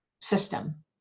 system